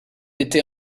été